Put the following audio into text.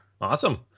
Awesome